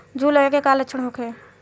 जूं लगे के का लक्षण का होखे?